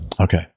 Okay